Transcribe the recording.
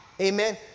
amen